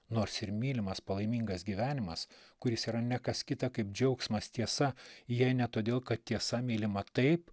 nors ir mylimas palaimingas gyvenimas kuris yra ne kas kita kaip džiaugsmas tiesa jei ne todėl kad tiesa mylima taip